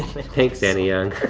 thanks, annie young.